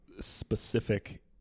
specific